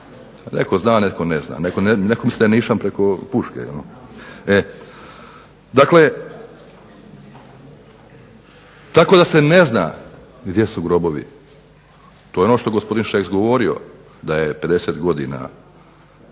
Netko zna, netko ne zna. Netko misli da je nišan preko puške. Dakle tako da se ne zna gdje su grobovi, to je ono što je gospodin Šeks govorio da je 50 godina